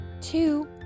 two